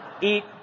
eat